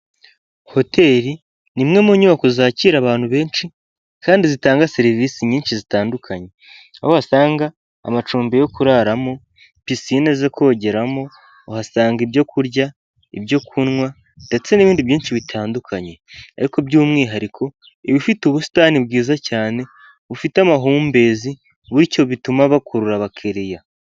Hotel ni imwe mu nyubako zakira abantu benshi kandi zitanga serivisi nyinshi zitandukanye, aho wasanga amacumbi yo kuraramo pisine zo kogeramo uhasanga ibyo kurya, ibyo kunywa ndetse n'ibindi byinshi bitandukanye ariko by'umwihariko ibifite ubusitani bwiza cyane bufite amahumbezi bityo bituma bakurura abakiriya.